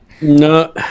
No